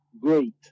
Great